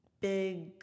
big